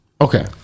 okay